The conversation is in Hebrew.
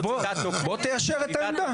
אז בוא תיישר את העמדה.